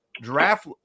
draft